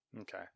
Okay